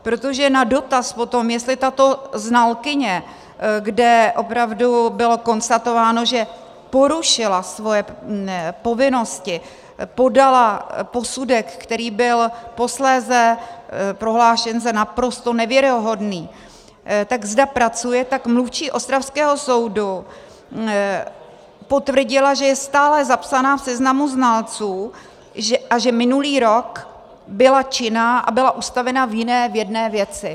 Protože na dotaz o tom, jestli tato znalkyně, kde opravdu bylo konstatováno, že porušila svoje povinnosti, podala posudek, který byl posléze prohlášen za naprosto nevěrohodný, tak zda pracuje, tak mluvčí ostravského soudu potvrdila, že je stále zapsaná v seznamu znalců a že minulý rok byla činná a byla ustavena v jiné jedné věci.